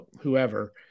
whoever